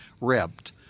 ripped